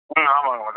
ம் ஆமாங்க மேடம்